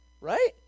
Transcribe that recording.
right